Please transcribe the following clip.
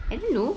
I don't know